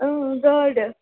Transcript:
گاڈٕ